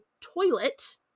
toilet